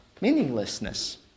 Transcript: Meaninglessness